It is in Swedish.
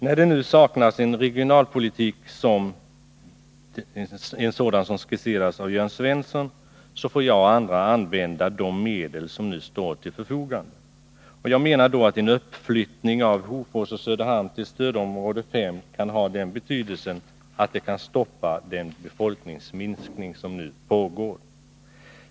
När det nu saknas en regionalpolitik sådan som den skisserats av Jörn Svensson får jag och andra använda de medel som står till förfogande. Jag menar då att en uppflyttning av Hofors och Söderhamn till stödområde 5 kan ha den betydelsen att den kan stoppa den befolkningsminskning som nu pågår.